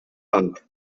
month